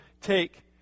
take